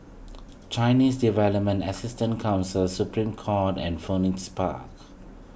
Chinese Development Assistance Council Supreme Court and Phoenix Park